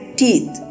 teeth